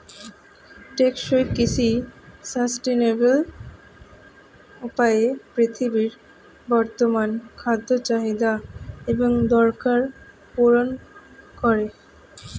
টেকসই কৃষি সাস্টেইনেবল উপায়ে পৃথিবীর বর্তমান খাদ্য চাহিদা এবং দরকার পূরণ করে